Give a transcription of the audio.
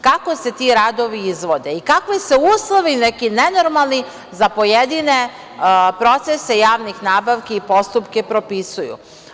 Kako se ti radovi izvode i kakvi se uslovi neki nenormalni za pojedine procese javnih nabavki i postupke, propisuju?